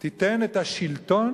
תיתן את השלטון